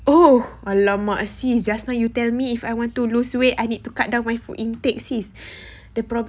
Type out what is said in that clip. oh !alamak! sis just now you tell me if I want to lose weight I need to cut down my food intake sis the prob~